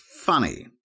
funny